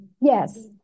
Yes